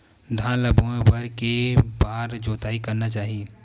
धान ल बोए बर के बार जोताई करना चाही?